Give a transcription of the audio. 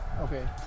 Okay